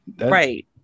Right